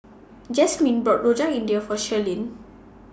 Jasmin bought Rojak India For Shirlene